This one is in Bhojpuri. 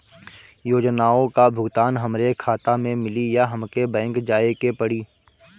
योजनाओ का भुगतान हमरे खाता में मिली या हमके बैंक जाये के पड़ी?